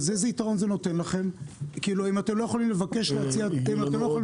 אם אתם לא יכולים לבד לבדוק?